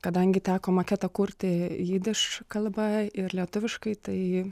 kadangi teko maketą kurti jidiš kalba ir lietuviškai tai